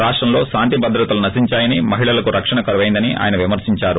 రాష్టంలో కాంతి భద్రతలు నశించాయని మహిళలకు రక్షణ కరవైందని ఆయన విమర్పించారు